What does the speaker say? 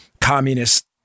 communist